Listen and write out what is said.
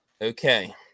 Okay